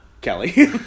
Kelly